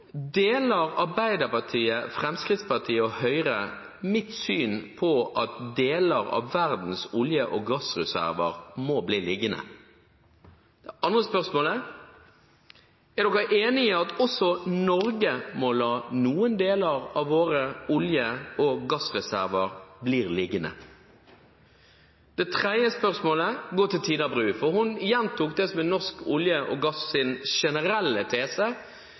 Deler Arbeiderpartiet, Fremskrittspartiet og Høyre mitt syn, at deler av verdens olje- og gassreserver må bli liggende? Det andre spørsmålet er: Er de samme partiene enig i at også Norge må la noen av sine olje- og gassreserver bli liggende? Det tredje spørsmålet går til Tina Bru. Hun gjentok den generelle tesen når det gjelder norsk olje og gass,